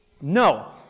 No